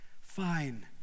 fine